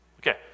Okay